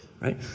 right